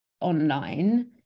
online